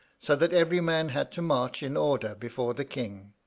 so that every man had to march in order before the king.